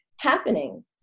happening